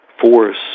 force